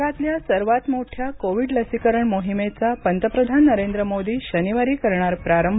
जगातल्या सर्वात मोठ्या कोविड लसीकरण मोहिमेचा पंतप्रधान नरेंद्र मोदी शनिवारी करणार प्रारंभ